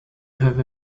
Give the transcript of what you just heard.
have